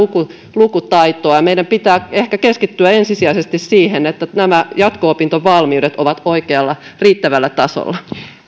lukutaitoa meidän pitää ehkä keskittyä ensisijaisesti siihen että nämä jatko opintovalmiudet ovat oikealla riittävällä tasolla